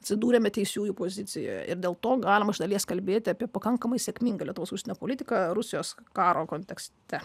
atsidūrėme teisiųjų pozicijoje ir dėl to galime iš dalies kalbėti apie pakankamai sėkmingą lietuvos užsienio politiką rusijos karo kontekste